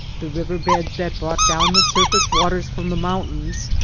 the river-beds that brought down the surface waters from the mountains,